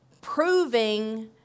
proving